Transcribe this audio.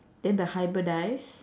then the hybridise